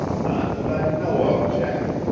not that i know of, jack.